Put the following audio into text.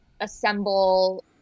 assemble